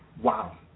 wow